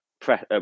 press